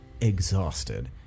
exhausted